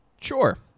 Sure